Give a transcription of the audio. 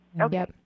okay